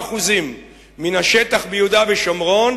97% מן השטח ביהודה ושומרון,